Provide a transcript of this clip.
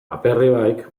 aperribaik